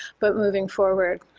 but moving forward.